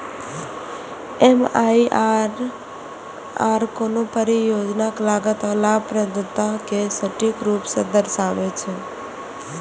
MIRR कोनो परियोजनाक लागत आ लाभप्रदता कें सटीक रूप सं दर्शाबै छै